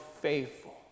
faithful